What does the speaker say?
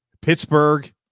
Pittsburgh